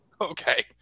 Okay